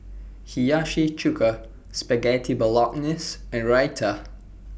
Hiyashi Chuka Spaghetti Bolognese and Raita